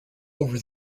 over